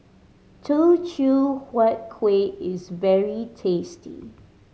Teochew Huat Kueh is very tasty